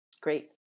great